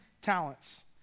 talents